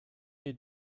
you